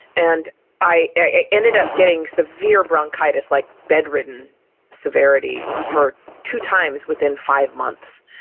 and i ended up getting severe bronchitis, like, bed-ridden severity for two times within five months,